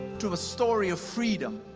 to a story of freedom.